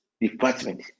department